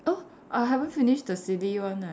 oh I haven't finish the silly one ah